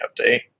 update